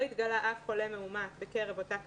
התגלה אף חולה מאומת בקרב אותה קפסולה,